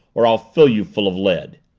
or i'll fill you full of lead!